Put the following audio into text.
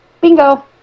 Bingo